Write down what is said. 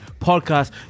podcast